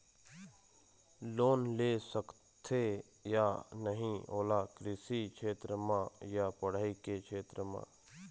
Loan ले सकथे या नहीं ओला कृषि क्षेत्र मा या पढ़ई के क्षेत्र मा?